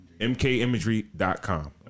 MKImagery.com